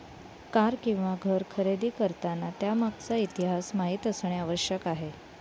car किंवा घर खरेदी करताना त्यामागचा इतिहास माहित असणे आवश्यक आहे